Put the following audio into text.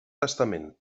testament